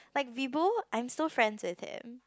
like Vibo I'm still friends with him